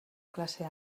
classe